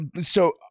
so-